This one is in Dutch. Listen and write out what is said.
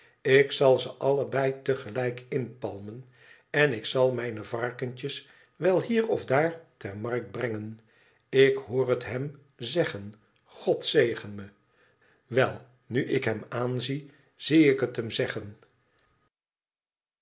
ik zal ze allebei te gelijk inpalmen en ik zal mijne varkentjes wel hier of daar ter markt brengen ik hoor het hem zeggen god zegen me wel nu ik hem aanzie zie ik het hem zeggen